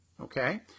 okay